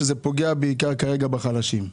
זה פוגע כרגע בעיקר בחלשים.